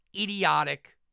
idiotic